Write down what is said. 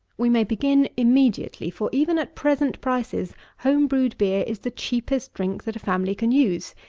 we may begin immediately for, even at present prices, home-brewed beer is the cheapest drink that a family can use,